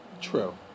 True